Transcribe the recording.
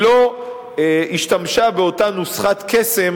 היא לא השתמשה באותה נוסחת קסם